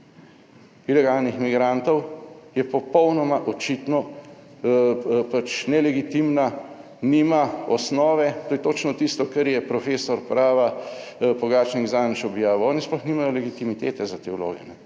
(Nadaljevanje) je popolnoma očitno nelegitimna, nima osnove, to je točno tisto kar je profesor prava Pogačnik zadnjič objavil. Oni sploh nimajo legitimitete za te vloge.